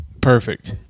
Perfect